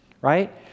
right